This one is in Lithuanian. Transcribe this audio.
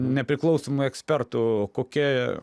nepriklausomų ekspertų kokia